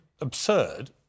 absurd